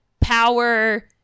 power